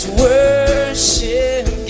worship